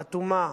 אטומה,